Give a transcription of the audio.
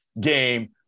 game